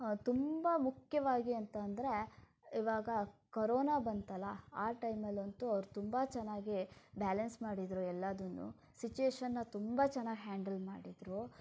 ತುಂಬ ಮುಖ್ಯವಾಗಿ ಅಂತ ಅಂದರೆ ಇವಾಗ ಕೊರೊನ ಬಂತಲ್ಲ ಆ ಟೈಮಲ್ಲಂತೂ ಅವರು ತುಂಬ ಚೆನ್ನಾಗಿ ಬ್ಯಾಲೆನ್ಸ್ ಮಾಡಿದರು ಎಲ್ಲವನ್ನೂ ಸಿಚುಯೇಷನನ್ನು ತುಂಬ ಚೆನ್ನಾಗಿ ಹ್ಯಾಂಡಲ್ ಮಾಡಿದರು